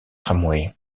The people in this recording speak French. tramway